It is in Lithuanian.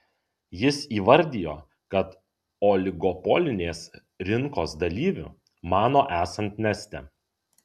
jis įvardijo kad oligopolinės rinkos dalyviu mano esant neste